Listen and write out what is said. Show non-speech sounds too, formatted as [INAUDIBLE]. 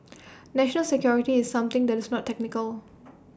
national security is something that is not technical [NOISE]